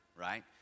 right